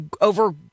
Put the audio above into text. over